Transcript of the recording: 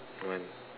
one